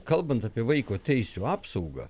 kalbant apie vaiko teisių apsaugą